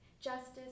justice